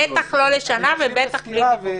בטח לא לשנה ובטח בלי ויכוחים.